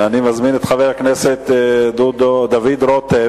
אני מזמין את חבר הכנסת דוד רותם,